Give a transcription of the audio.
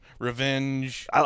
revenge